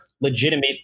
legitimate